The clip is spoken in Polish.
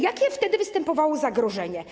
Jakie wtedy występowało zagrożenie?